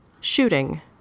Shooting